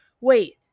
wait